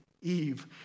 Eve